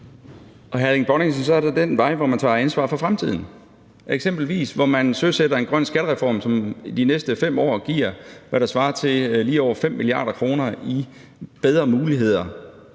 Der er også den vej, hvor man tager ansvar for fremtiden, og hvor man eksempelvis søsætter en grøn skattereform, som de næste 5 år giver, hvad der svarer til lige over 5 mia. kr. i bedre muligheder